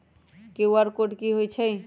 QR code कि हई छई?